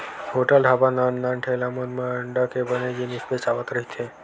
hotel, dhaba, नान नान ठेला मन म अंडा के बने जिनिस बेचावत रहिथे